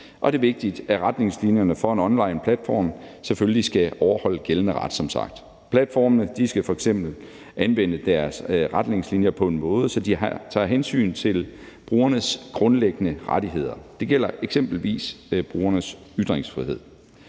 sagt vigtigt, at retningslinjerne for en onlineplatform selvfølgelig skal overholde gældende ret. Platformene skal f.eks. anvende deres retningslinjer på en måde, så de tager hensyn til brugernes grundlæggende rettigheder. Det gælder eksempelvis brugernes ytringsfrihed.